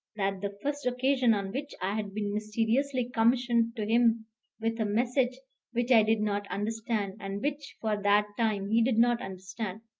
that the first occasion on which i had been mysteriously commissioned to him with a message which i did not understand, and which for that time he did not understand,